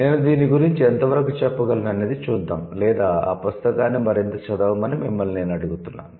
నేను దీని గురించి ఎంతవరకు చెప్పగలను అనేది చూద్దాం లేదా ఆ పుస్తకాన్ని మరింత చదవమని మిమ్మల్ని నేను అడుగుతున్నాను